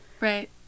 Right